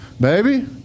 Baby